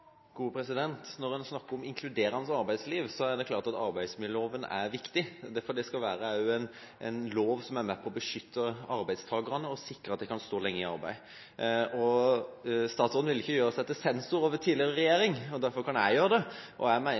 det klart at arbeidsmiljøloven er viktig, for det skal også være en lov som er med på å beskytte arbeidstakerne og sikre at de kan stå lenge i arbeid. Statsråden vil ikke gjøre seg til sensor over tidligere regjeringer, og derfor kan jeg gjøre det. Jeg mener opplagt at Bondevik gikk for langt, og jeg